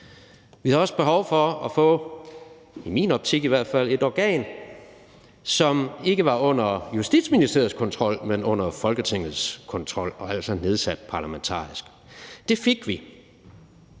i hvert fald i min optik, et organ, som ikke var under Justitsministeriets kontrol, men under Folketingets kontrol og altså nedsat parlamentarisk. Det fik vi.